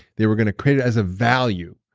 they were going to create it as a value.